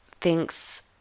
Thinks